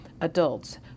adults